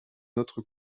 notre